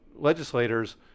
legislators